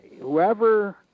whoever